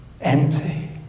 empty